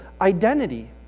identity